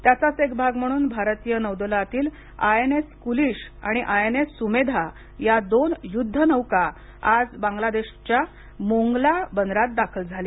त्याचाच एक भाग म्हणून भारतीय नौदलातील आय एन एस कुलिश आणि आय एन एस सुमेधा या दोन युद्ध नौका आज बांगलादेशाच्या मोनग्ला बंदरात दाखल झाल्या